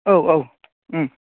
औ औ ओम